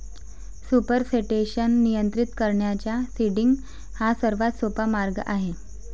supersaturation नियंत्रित करण्याचा seeding हा सर्वात सोपा मार्ग आहे